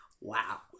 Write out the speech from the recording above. Wow